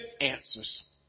answers